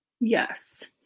yes